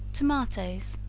tomatoes.